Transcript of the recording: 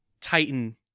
titan